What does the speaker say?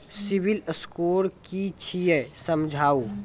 Civil score कि छियै समझाऊ?